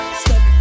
step